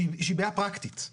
שהיא בעיה פרקטית,